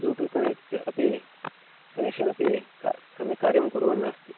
Bluetooth connect अपि connection अपि किं सम्यक् कार्यं कुर्वन्नास्ति